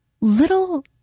little